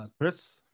Chris